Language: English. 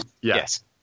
yes